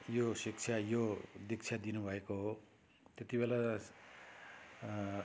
यो शिक्षा यो दीक्षा दिनुभएको हो तेतिबेला